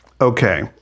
Okay